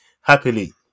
happily